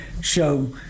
show